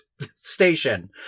station